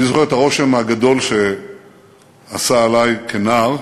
אני זוכר את הרושם הגדול שעשה עלי כנער,